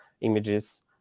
images